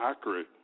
accurate